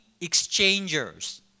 exchangers